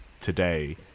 today